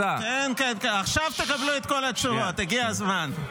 כן, כן, עכשיו תקבלו את כל התשובות, הגיע הזמן.